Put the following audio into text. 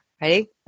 Ready